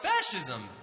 fascism